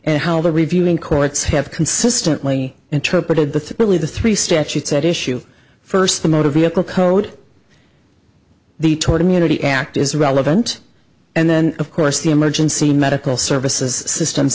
and how the reviewing courts have consistently interpreted the really the three statutes at issue first the motor vehicle code the tour community act is relevant and then of course the emergency medical services systems